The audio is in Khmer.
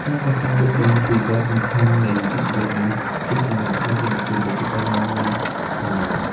ការខ្វះការយល់ដឹងពីសារៈសំខាន់នៃវិជ្ជាជីវៈនេះពីសំណាក់សាធារណជន ក៏ជាបញ្ហាមួយផងដែរ។